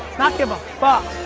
not give a fuck.